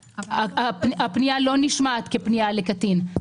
--- הפנייה לא נשמעת כפנייה לקטין.